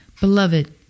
Beloved